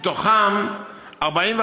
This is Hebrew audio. מתוכם 45